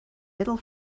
middle